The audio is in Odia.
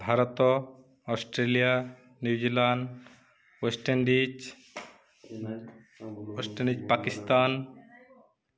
Bharat Australia New Zealand West Indies West Indies Pakistan